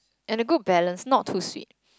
and a good balance not too sweet